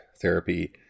therapy